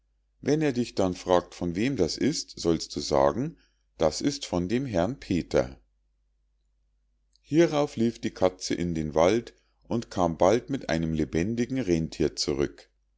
wenn er dich dann fragt von wem das ist sollst du sagen das ist von dem herrn peter hierauf lief die katze in den wald und kam bald mit einem lebendigen rennthier zurück